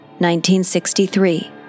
1963